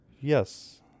Yes